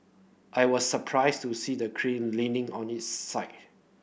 I was surprised to see the crane leaning on its side